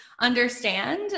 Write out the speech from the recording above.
understand